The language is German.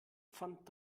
pfand